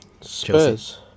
Spurs